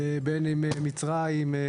בין אם זה מצרים,